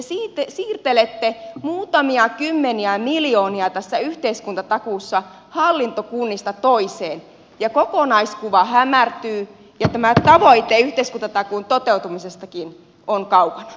te siirtelette muutamia kymmeniä miljoonia tässä yhteiskuntatakuussa hallintokunnista toiseen ja kokonaiskuva hämärtyy ja tämä tavoite yhteiskuntatakuun toteutumisestakin on kaukana